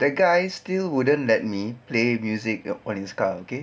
that guy still wouldn't let me play music on his car okay